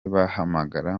bahamagara